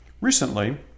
Recently